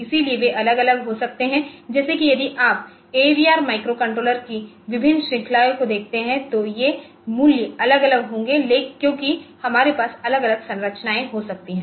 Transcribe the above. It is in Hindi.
इसलिए वे अलग अलग हो सकते है जैसे कि यदि आप एवीआर माइक्रोकंट्रोलर्स की विभिन्न श्रृंखलाओं को देखते हैं तो ये मूल्य अलग अलग होंगे क्योंकि हमारे पास अलग अलग संरचनाएं हो सकती हैं